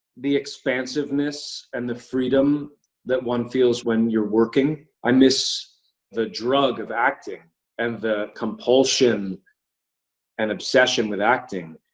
the expansiveness and the freedom that one feels when you're working. i miss the drug of acting and the compulsion and obsession with acting,